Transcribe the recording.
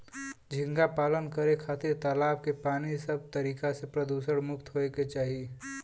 झींगा पालन करे खातिर तालाब के पानी सब तरीका से प्रदुषण मुक्त होये के चाही